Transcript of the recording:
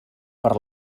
per